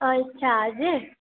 અચ્છા આજે